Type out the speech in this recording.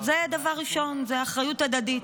זה דבר ראשון, זו אחריות הדדית.